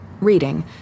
reading